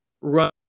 run